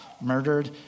murdered